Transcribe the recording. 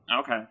Okay